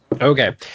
Okay